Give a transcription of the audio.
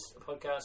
podcast